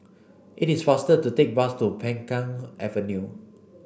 it is faster to take the bus to Peng Kang Avenue